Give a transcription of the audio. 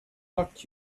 luck